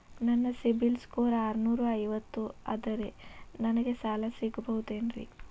ನನ್ನ CIBIL score ಆರನೂರ ಐವತ್ತು ಅದರೇ ನನಗೆ ಸಾಲ ಸಿಗಬಹುದೇನ್ರಿ?